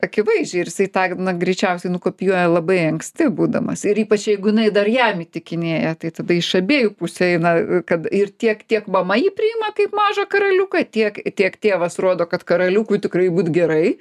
akivaizdžiai ir jisai tą na greičiausiai nukopijuoja labai anksti būdamas ir ypač jeigu jinai dar jam įtikinėja tai tada iš abiejų pusių eina kad ir tiek tiek mama jį priima kaip mažą karaliuką tiek tiek tėvas rodo kad karaliukui tikrai būt gerai